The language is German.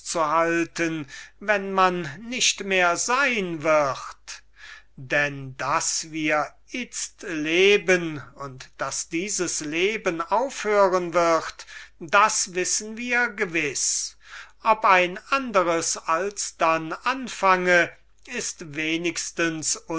wenn man nicht mehr sein wird denn daß wir itzt leben und daß dieses leben aufhören wird das wissen wir gewiß ob ein andres alsdann anfange ist wenigstens